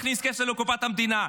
מכניס כסף לקופת המדינה,